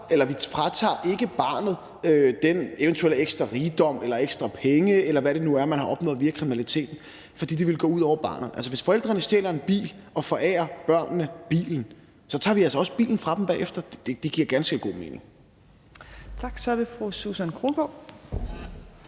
ikke fratager barnet den eventuelle ekstra rigdom eller de ekstra penge, eller hvad det nu er, man har opnået via kriminaliteten, fordi det ville gå ud over barnet. Altså, hvis forældrene stjæler en bil og forærer børnene bilen, så tager vi altså også bilen fra dem bagefter. Det giver ganske god mening. Kl. 14:45 Tredje næstformand